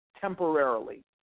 temporarily